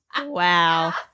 Wow